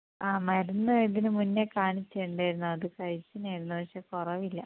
ആ മരുന്ന് ഇതിനു മുന്നേ കാണിച്ചിട്ടുണ്ടായിരുന്നു അത് കഴിക്കുന്നത് ആയിരുന്നു പക്ഷേ കുറവില്ല